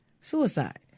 suicide